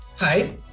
Hi